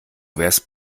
wärst